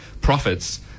profits